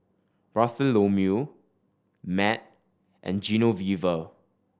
Bartholomew Matt and Genoveva